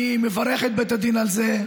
אני מברך את בית הדין על זה,